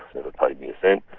never paid me a cent.